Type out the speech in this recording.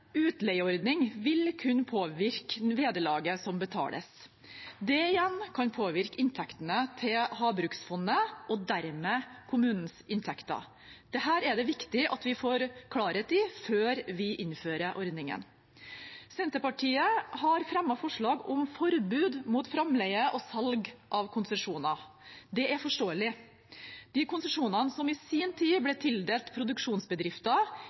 utleieordning vil kunne påvirke vederlaget som betales. Det igjen kan påvirke inntektene til havbruksfondet og dermed kommunens inntekter. Dette er det viktig at vi får klarhet i før vi innfører ordningen. Senterpartiet har fremmet forslag om forbud mot framleie og salg av konsesjoner. Det er forståelig. De konsesjonene som i sin tid ble tildelt produksjonsbedrifter,